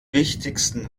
wichtigsten